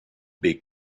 big